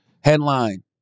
headline